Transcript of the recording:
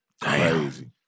Crazy